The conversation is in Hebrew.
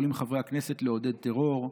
יכולים חברי הכנסת לעודד טרור,